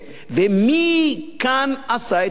ומי כאן עשה את הבעיה,